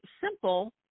simple